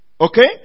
Okay